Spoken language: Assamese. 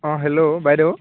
অঁ হেল্লো বাইদেউ